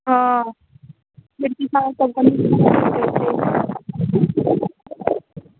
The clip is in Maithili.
पानि नहि छै एखन धुपे हेतै तऽ ठीके रहतै